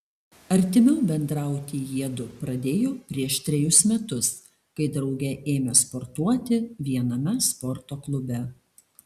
artimiau bendrauti jiedu pradėjo prieš trejus metus kai drauge ėmė sportuoti viename sporto klube